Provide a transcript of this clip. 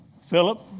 Philip